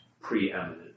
preeminent